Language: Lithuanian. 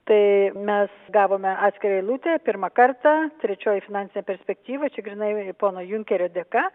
tai mes gavome atskirą eilutę pirmą kartą trečioji finansinė perspektyva čia grynai pono junkerio dėka